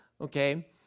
okay